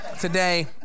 today